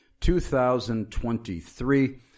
2023